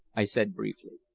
i said briefly.